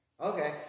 Okay